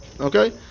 okay